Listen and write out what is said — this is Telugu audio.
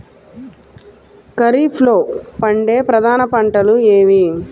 ఖరీఫ్లో పండే ప్రధాన పంటలు ఏవి?